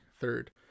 third